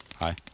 Hi